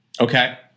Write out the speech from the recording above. Okay